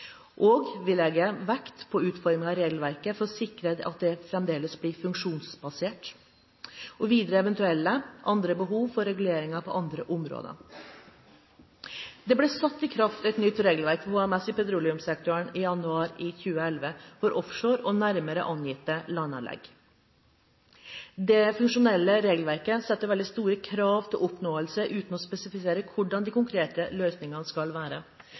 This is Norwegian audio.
Vi legger vekt på utformingen av regelverket for å sikre at det forblir funksjonsbasert, og vi vil vurdere andre eventuelle behov for reguleringer på andre områder. Det ble satt i kraft et nytt regelverk for HMS i petroleumssektoren for offshore og nærmere angitte landanlegg i januar 2011. Det funksjonelle regelverket setter veldig store krav til oppnåelse, uten å spesifisere hvordan de konkrete løsningene skal være.